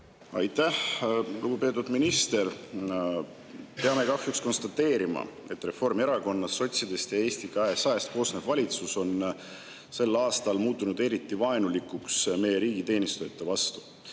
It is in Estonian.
Aitäh! Lugupeetud minister! Peame kahjuks konstateerima, et Reformierakonnast, sotsidest ja Eesti 200-st koosnev valitsus on sel aastal muutunud eriti vaenulikuks meie riigiteenistujate vastu.